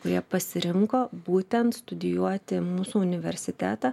jie pasirinko būtent studijuoti mūsų universitetą